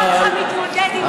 נראה אותך מתמודד עם זה.